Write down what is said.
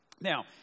Now